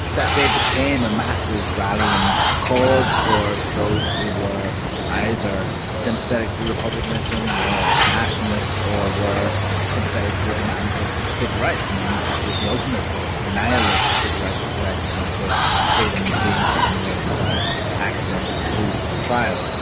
they became a massive rallying cause for those who were either sympathetic to republicanism, were nationalists or were sympathetic to the demands of civil rights. i mean, this was the ultimate denial of civil rights, if you like, in terms of freedom being taken away without access to a trial.